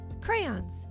Crayons